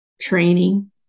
training